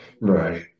Right